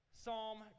Psalm